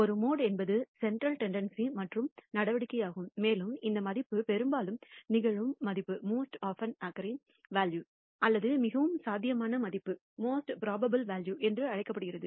ஒரு மோடு என்பது சென்ட்ரல் டெண்டன்ஸிஇன் மற்றொரு நடவடிக்கையாகும் மேலும் இந்த மதிப்பு பெரும்பாலும் நிகழும் மதிப்பு அல்லது மிகவும் சாத்தியமான மதிப்பு என்று அழைக்கப்படுகிறது